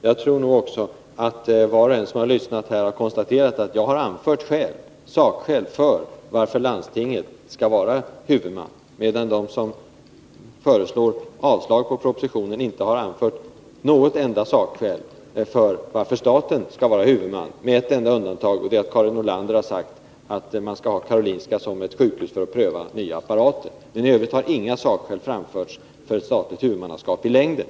Jag tror att var och en som lyssnat till debatten har konstaterat att jag har anfört sakskäl för att landstinget skall vara huvudman, medan de som föreslår avslag på propositionen inte har anfört något enda sakskäl för att staten skall vara huvudman — med ett enda undantag, nämligen att Karin Nordlander har sagt att man skall ha Karolinska som ett statligt sjukhus för att pröva nya apparater. I övrigt har inga sakskäl framförts för ett statligt huvudmannaskap i längden.